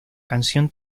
canción